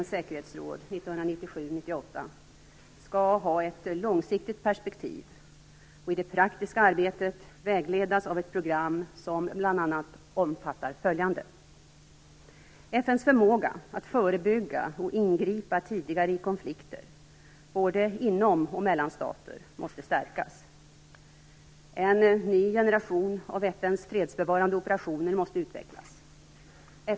skall ha ett långsiktigt perspektiv och i det praktiska arbetet vägledas av ett program som bl.a. omfattar följande: FN:s förmåga att förebygga och ingripa tidigare i konflikter - både inom och mellan stater - måste stärkas. En ny generation av FN:s fredsbevarande operationer måste utvecklas.